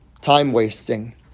time-wasting